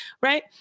right